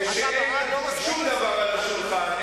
כשאין שום דבר על השולחן,